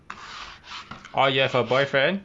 orh you have a boyfriend